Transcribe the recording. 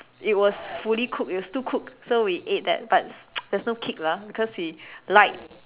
it was fully cooked it was too cooked so we ate that but there's no kick lah because we like